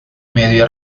medio